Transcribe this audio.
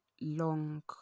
long